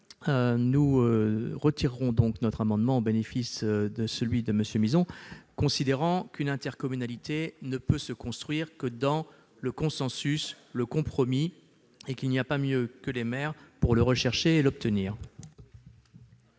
nous retirons cet amendement au bénéfice de celui de M. Jean-Marie Mizzon, en considérant qu'une intercommunalité ne peut se construire que dans le consensus et le compromis et qu'il n'y a pas mieux que les maires pour le rechercher et l'obtenir.